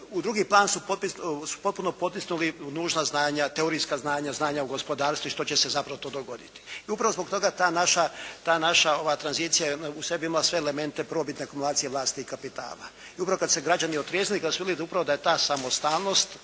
u drugi plan su potpuno potisnuli nužna znanja, teorijska znanja, znanja o gospodarstvu i što će se zapravo to dogoditi. I upravo zbog toga ta naša tranzicija je u sebi imala sve elemente prvobitne akumulacije vlasti i kapitala i upravo kad su se građani otrijeznili i kad su vidjeli upravo da je ta samostalnost